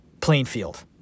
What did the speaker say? Plainfield